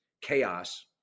chaos